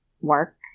work